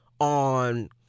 on